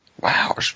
wow